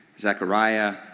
Zechariah